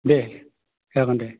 दे जागोन दे